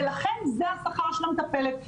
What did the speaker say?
ולכן זה השכר של המטפלת.